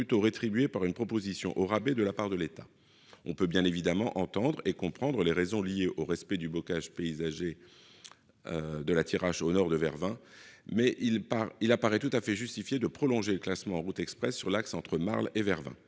plutôt rétribuée par une proposition au rabais de la part de l'État. On peut bien évidemment entendre et comprendre les raisons liées au respect du paysage bocager de la Thiérache au nord de Vervins. Mais il apparaît tout à fait justifié de prolonger le classement en route express sur l'axe entre Marle et Vervins,